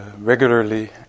regularly